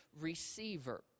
receiver